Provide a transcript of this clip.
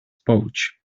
pouch